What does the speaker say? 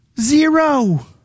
Zero